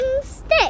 stick